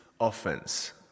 offense